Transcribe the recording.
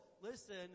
Listen